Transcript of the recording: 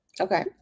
Okay